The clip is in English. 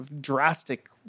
drastic